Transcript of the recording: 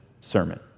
sermon